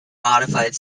modified